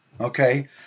Okay